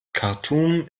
khartum